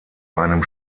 einem